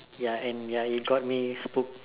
ya and ya it got me spooked